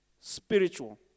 spiritual